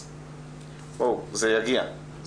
זה יגיע,